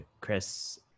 Chris